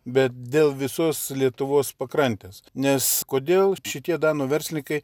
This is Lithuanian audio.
bet dėl visos lietuvos pakrantės nes kodėl šitie danų verslininkai